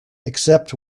except